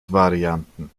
varianten